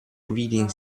breeding